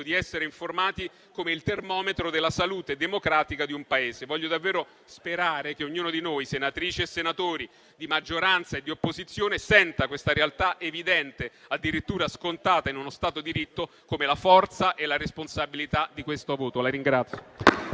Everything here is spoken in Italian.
di essere informati come il termometro della salute democratica di un Paese. Voglio davvero sperare che ognuno di noi, senatrici e senatori, di maggioranza e di opposizione, senta questa realtà evidente, addirittura scontata in uno Stato di diritto, come la forza e la responsabilità di questo voto.